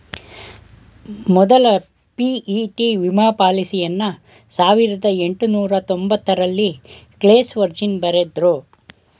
ಮೊದ್ಲ ಪಿ.ಇ.ಟಿ ವಿಮಾ ಪಾಲಿಸಿಯನ್ನ ಸಾವಿರದ ಎಂಟುನೂರ ತೊಂಬತ್ತರಲ್ಲಿ ಕ್ಲೇಸ್ ವರ್ಜಿನ್ ಬರೆದ್ರು